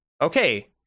okay